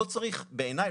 בעיניי,